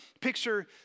picture